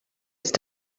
ist